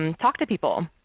um talk to people.